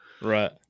Right